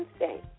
Wednesday